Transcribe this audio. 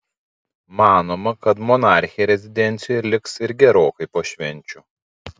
manoma kad monarchė rezidencijoje liks ir gerokai po švenčių